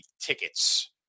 tickets